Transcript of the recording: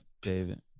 David